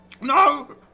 No